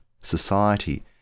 society